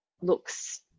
looks